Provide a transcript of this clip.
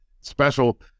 special